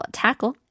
tackle